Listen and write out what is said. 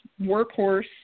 workhorse